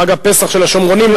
חג הפסח של השומרונים.